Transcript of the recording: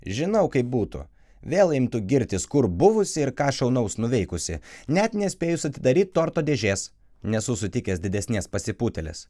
žinau kaip būtų vėl imtų girtis kur buvusi ir ką šaunaus nuveikusi net nespėjus atidaryt torto dėžės nesu sutikęs didesnės pasipūtėlės